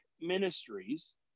ministries